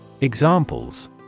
Examples